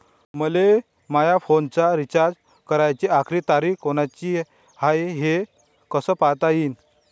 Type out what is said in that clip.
मले माया फोनचा रिचार्ज कराची आखरी तारीख कोनची हाय, हे कस पायता येईन?